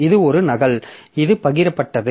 இது ஒரு நகல் இது பகிரப்பட்டது